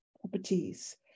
properties